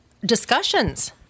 discussions